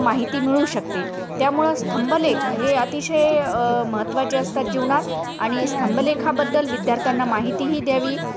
माहिती मिळू शकते त्यामुळं स्तंभलेख हे अतिशय महत्त्वाचे असतात जीवनात आणि स्तंभलेखाबद्दल विद्यार्थ्यांना माहितीही द्यावी